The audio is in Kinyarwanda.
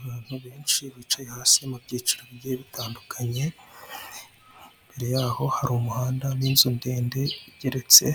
Abantu benshi bicaye hasi mu byiciro bigiye bitandukanye, mbere yaho hari umuhanda n'inzu ndende igeretse,